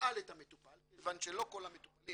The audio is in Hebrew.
ישאל את המטופל כיוון שלא כל המטופלים